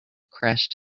crashed